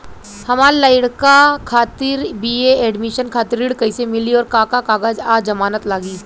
हमार लइका खातिर बी.ए एडमिशन खातिर ऋण कइसे मिली और का का कागज आ जमानत लागी?